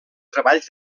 treballs